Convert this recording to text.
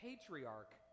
patriarch